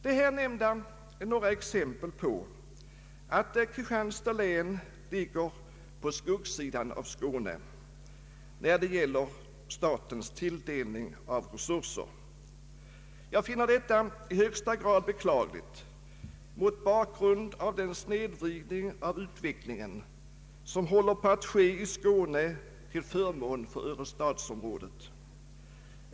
Det här nämnda är några exempel på att Kristianstads län ligger på ”skuggsidan” av Skåne när det gäller statens tilldelning av resurser. Jag finner detta i högsta grad beklagligt mot bakgrund av den snedvridning av utvecklingen som håller på att ske i Skåne till förmån för Örestadsområdet.